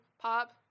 pop